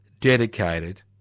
dedicated